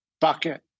bucket